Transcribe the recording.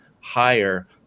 higher